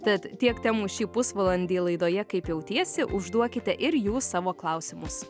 tad tiek temų šį pusvalandį laidoje kaip jautiesi užduokite ir jūs savo klausimus